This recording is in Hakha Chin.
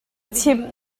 chimh